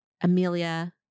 Amelia